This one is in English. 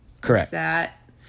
Correct